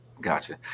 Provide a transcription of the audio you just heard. Gotcha